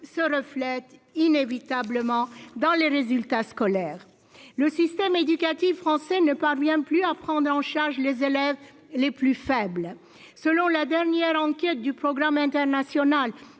se reflète inévitablement dans les résultats scolaires. Le système éducatif français ne parvient plus à prendre en charge les élèves les plus faibles. Selon la dernière enquête du Programme international